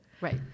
Right